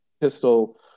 pistol